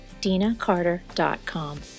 dinacarter.com